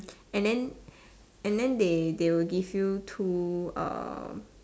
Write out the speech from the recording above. and then and then they they will give you two um